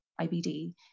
IBD